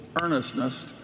earnestness